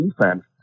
defense